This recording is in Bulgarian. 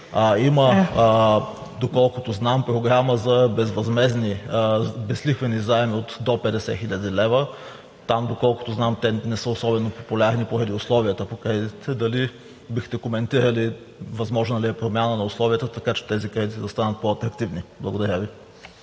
Има, доколкото знам, програма за безлихвени заеми до 50 000 лв. Там, доколкото знам, те не са особено популярни поради условията по кредитите. Дали бихте коментирали възможна ли е промяна на условията, така че тези кредити да станат по-атрактивни? Благодаря Ви.